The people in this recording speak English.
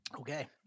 Okay